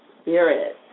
Spirit